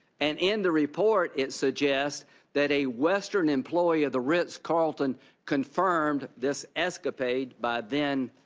and in the report it suggests that a western employee of the ritz-carlton confirmed this escapade by then